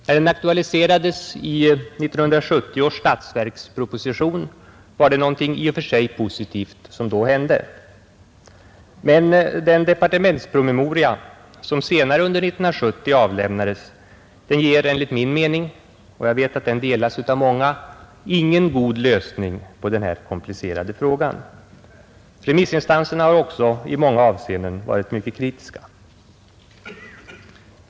När den åter aktualiserades i 1970 års statsverksproposition var det någonting i och för sig positivt som hände, men den departementsprome moria som senare under 1970 avlämnades ger enligt min mening — och jag vet att den delas av många — ingen god lösning på den här komplicerade frågan. Remissinstanserna har också i många avseenden varit mycket kritiska.